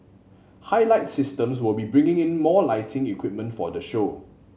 Highlight Systems will be bringing in more lighting equipment for the show